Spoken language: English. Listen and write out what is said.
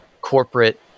corporate